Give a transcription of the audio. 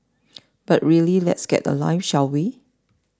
but really let's get a life shall we